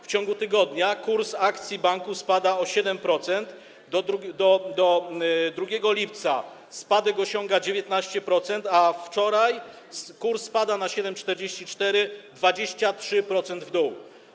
W ciągu tygodnia kurs akcji banku spada o 7%, do 2 lipca spadek osiąga 19%, a wczoraj kurs spada do 7,44, 23% w dół.